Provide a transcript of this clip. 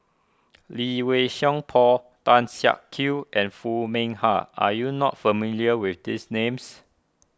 Lee Wei Song Paul Tan Siak Kew and Foo Mee Har are you not familiar with these names